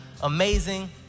amazing